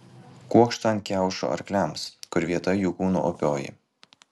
kuokštą ant kiaušo arkliams kur vieta jų kūno opioji